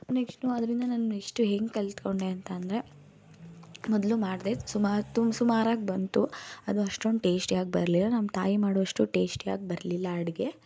next ಅದರಿಂದ ನಾನು next ಹೆಂಗೆ ಕಲ್ತ್ಕೊಂಡೆ ಅಂತ ಅಂದ್ರೆ ಮೊದಲು ಮಾಡಿದೆ ಸುಮಾರು ತು ಸುಮಾರಾಗಿ ಬಂತು ಅದು ಅಷ್ಟೊಂದು ಟೇಶ್ಟಿಯಾಗಿ ಬರಲಿಲ್ಲ ನಮ್ಮ ತಾಯಿ ಮಾಡುವಷ್ಟು ಟೇಶ್ಟಿಯಾಗಿ ಬರಲಿಲ್ಲ ಅಡುಗೆ